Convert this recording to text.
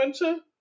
winter